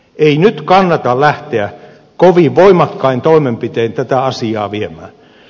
ei nyt kannata lähteä kovin voimakkain toimenpitein tätä asiaa viemään